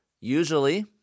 Usually